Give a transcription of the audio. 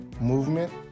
movement